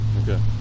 Okay